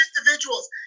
individuals